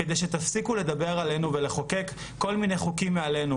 כדי שתפסיקו לדבר עלינו ולחוקק כל מיני חוקים מעלינו.